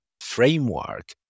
framework